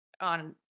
on